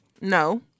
No